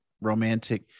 romantic